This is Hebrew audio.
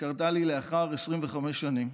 שקרתה לי לאחר 25 שנים,